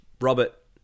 Robert